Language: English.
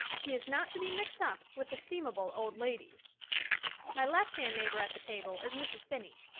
he is not to be mixed up with estimable old ladies my left-hand neighbor at the table is mrs. phinney.